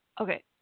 okay